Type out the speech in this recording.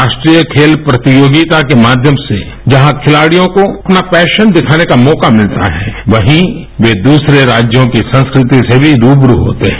राष्ट्रीय खेल प्रतियोगिता के माध्यम से जहां खिलाड़ियों को अपना पैशन दिखाने का मौका मिलता है वहीं वे दूसरे राज्यों की संस्कृति से भी रूबरू होते हैं